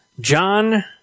John